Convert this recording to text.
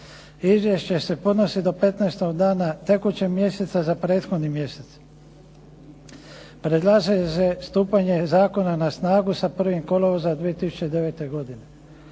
Izvješće se podnosi do 15. dana tekućeg mjeseca za prethodni mjesec. Predlaže se stupanje zakona na snagu sa 1. kolovoza 2009. godine.